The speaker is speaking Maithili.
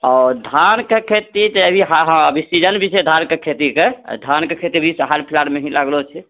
ओ धानके खेती अभी सीजन भी छै धानके खेतीके धानके खेती भी हाल फिलहालमे ही लागलो छै